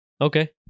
okay